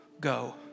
go